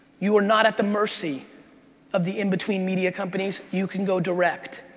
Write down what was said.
you are not at the mercy of the in-between media companies, you can go direct.